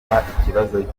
ikibazo